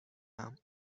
ایم